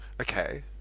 Okay